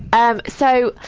um so,